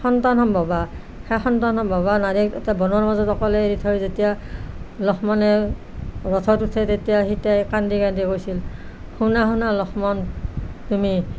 সন্তানসম্ভৱা সেই সন্তানসম্ভৱা নাৰীক এতিয়া বনৰ মাজত অকলে এৰি থৈ যেতিয়া লক্ষ্মণে ৰথত উঠে তেতিয়া সীতাই কান্দি কান্দি কৈছিল শুনা শুনা লক্ষ্মণ তুমি